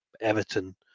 Everton